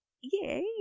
Yay